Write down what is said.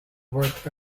work